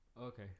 Okay